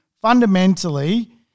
fundamentally